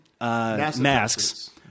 masks